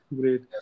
great